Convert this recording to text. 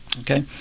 Okay